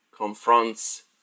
Confronts